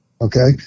okay